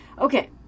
Okay